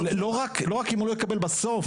לא רק אם הוא לא יקבל בסוף,